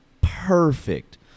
perfect